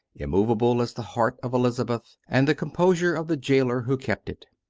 immovable as the heart of elizabeth and the composure of the gaoler who kept it.